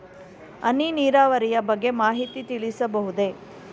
ಹನಿ ನೀರಾವರಿಯ ಬಗ್ಗೆ ಮಾಹಿತಿ ತಿಳಿಸಬಹುದೇ?